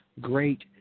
great